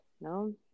No